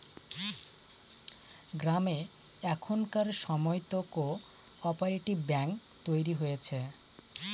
গ্রামে এখনকার সময়তো কো অপারেটিভ ব্যাঙ্ক তৈরী হয়েছে